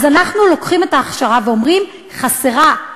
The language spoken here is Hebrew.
אז אנחנו לוקחים את ההכשרה, ואומרים: חסרה.